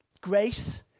Grace